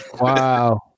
Wow